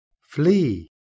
flee